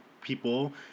people